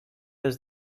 does